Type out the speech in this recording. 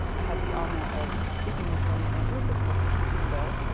i had the honor of speaking with bernie sanders as he was introducing a bill.